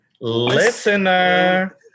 listener